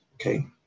Okay